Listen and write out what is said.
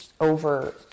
over